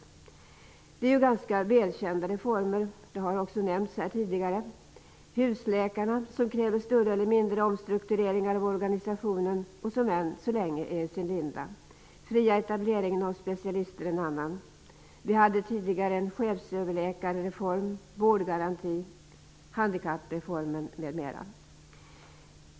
Det är ju ganska välkända reformer, som också nämnts här tidigare. Husläkarreformen kräver större eller mindre omstruktureringar i organisationen och är än så länge i sin linda. Den fria etableringen av specialister är en annan. Vi hade tidigare en chefsöverläkarereform, vårdgaranti, handikappreformen m.m.